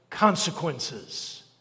consequences